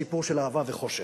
סיפור של אהבה וחושך.